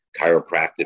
chiropractic